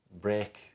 break